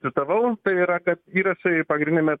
citavau tai yra kad įrašai pagrindiniame